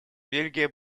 бельгия